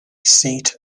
seat